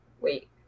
wait